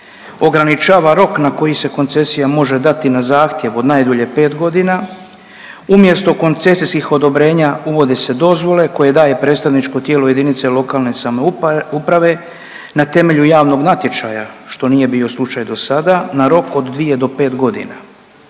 ograničava rok na koji se koncesija može dati na zahtjev od najdulje pet godina, umjesto koncesijskih odobrenja uvode se dozvole koje daje predstavničko tijelo jedinice lokalne samouprave na temelju javnog natječaja, što nije bio slučaj do sada, na rok od dvije do pet godina.